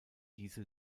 diese